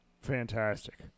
Fantastic